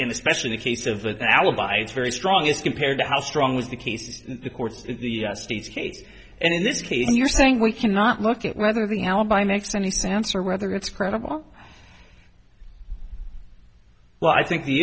in especially the case of the alibi it's very strong as compared to how strong is the case the court the state's case and in this case you're saying we cannot look at whether the alibi makes any sense or whether it's credible well i think the